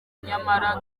nyamara